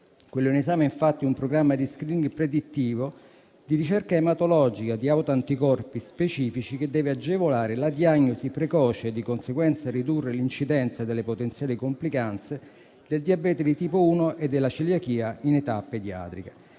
Quello in esame è infatti un programma di *screening* predittivo di ricerca ematologica di autoanticorpi specifici che deve agevolare la diagnosi precoce, e di conseguenza ridurre l'incidenza delle potenziali complicanze, del diabete di tipo 1 e della celiachia in età pediatrica,